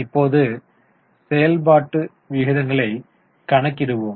இப்போது செயல்பாட்டு விகிதங்களை கணக்கிடுவோம்